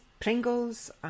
Pringles